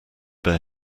bear